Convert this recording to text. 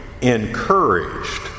encouraged